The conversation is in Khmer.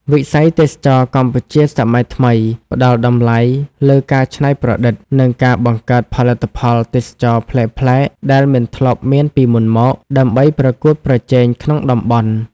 វិស័យទេសចរណ៍កម្ពុជាសម័យថ្មី ផ្ដល់តម្លៃលើការច្នៃប្រឌិត និងការបង្កើតផលិតផលទេសចរណ៍ប្លែកៗដែលមិនធ្លាប់មានពីមុនមក ដើម្បីប្រកួតប្រជែងក្នុងតំបន់។